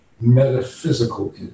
metaphysical